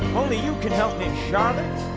only you can help me, charlotte.